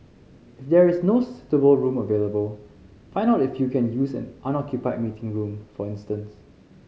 if there is no suitable room available find out if you can use an unoccupied meeting room for instance